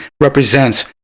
represents